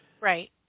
Right